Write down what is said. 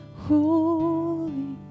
Holy